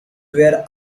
were